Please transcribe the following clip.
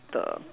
the